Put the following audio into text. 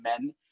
men